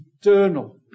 eternal